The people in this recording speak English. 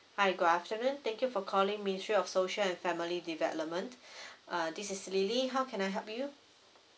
hi good afternoon thank you for calling ministry of social and family development uh this is lily how can I help you